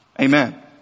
Amen